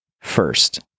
first